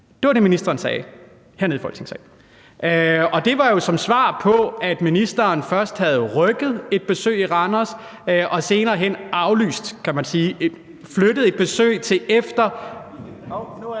Det var det, ministeren sagde hernede i Folketingssalen, og det var jo som svar på, at ministeren først havde rykket et besøg i Randers og senere hen aflyst, kan man sige,